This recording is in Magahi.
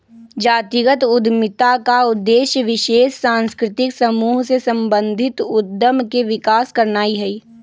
जातिगत उद्यमिता का उद्देश्य विशेष सांस्कृतिक समूह से संबंधित उद्यम के विकास करनाई हई